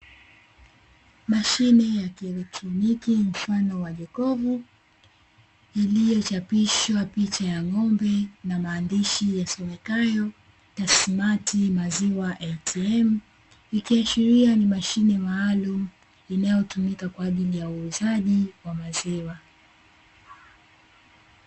Mashine ya kieletroniki mfano wa jokofu ikiwa imechapishwa picha ya ng'ombe na maandishi yasomekayo, "the smati maziwa ATM" ambayo inatumika kwa uuzaji wa maziwa.